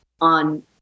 on